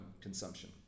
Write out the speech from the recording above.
consumption